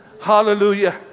Hallelujah